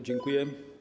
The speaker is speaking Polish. Dziękuję.